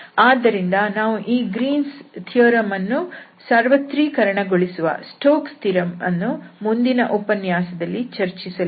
ಆದ್ದರಿಂದ ನಾವು ಈ ಗ್ರೀನ್ಸ್ ಥಿಯರಂ Green's theorem ಅನ್ನು ಸಾರ್ವತ್ರೀಕರಣಗೊಳಿಸುವ ಸ್ಟೋಕ್ಸ್ ಥಿಯರಂ Stokes theorem ಅನ್ನು ಮುಂದಿನ ಉಪನ್ಯಾಸದಲ್ಲಿ ಚರ್ಚಿಸಲಿದ್ದೇವೆ